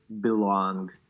belong